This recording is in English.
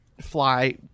fly